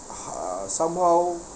uh somehow